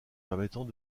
permettant